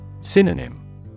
Synonym